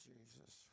Jesus